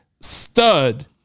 stud